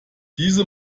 diese